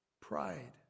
pride